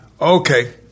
okay